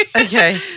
Okay